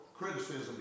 criticism